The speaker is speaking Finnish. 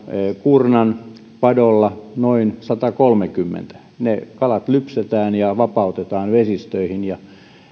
kuurnan padolla noin satakolmekymmentä ne kalat lypsetään ja vapautetaan vesistöihin